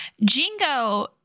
Jingo